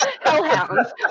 Hellhounds